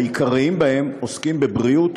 והעיקריים שבהם עוסקים בבריאות,